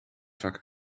vaak